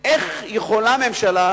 איך יכולה ממשלה,